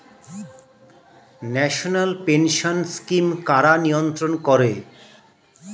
National pension scheme কারা নিয়ন্ত্রণ করে?